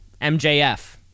MJF